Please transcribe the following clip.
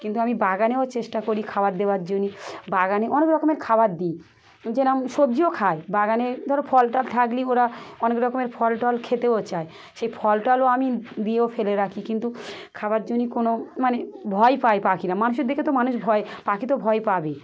কিন্তু আমি বাগানেও চেষ্টা করি খাবার দেওয়ার জন্য বাগানে অনেক রকমের খাবার দিই যেরকম সবজিও খায় বাগানে ধরো ফল টল থাকলে ওরা অনেক রকমের ফল টল খেতেও চায় সেই ফল টলও আমি দিয়েও ফেলে রাখি কিন্তু খাবার জন্য কোনো মানে ভয় পায় পাখিরা মানুষের দেখে তো মানুষ ভয় পাখি তো ভয় পাবে